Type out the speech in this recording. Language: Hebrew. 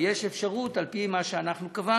ויש אפשרות על-פי מה שקבענו